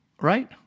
Right